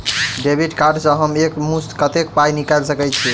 Debit card सँ हम एक मुस्त कत्तेक पाई निकाल सकय छी?